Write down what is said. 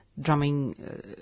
drumming